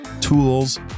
tools